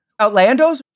Outlandos